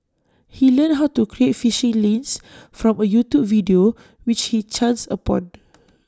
he learned how to create phishing links from A YouTube video which he chanced upon